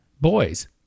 boys